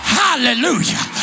hallelujah